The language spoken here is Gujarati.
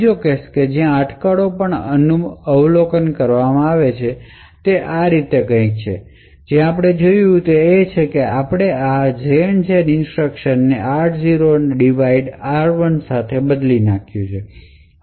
બીજો કેસ જ્યાં અટકળો પણ અવલોકન કરવામાં આવે છે તે આ રીતે કંઈક છે અહીં આપણે જે કર્યું છે તે છે કે આપણે આ 0 ના હોય તો લેબલ પરનો જંપ ઇન્સટ્રકશનને r0 ડિવાઇડ r1 સાથે બદલી નાંખ્યું છે